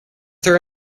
her